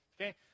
Okay